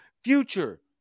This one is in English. future